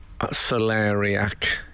Solariac